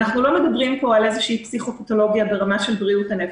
אנחנו לא מדברים פה על איזו פסיכופתולוגיה ברמה של בריאות הנפש.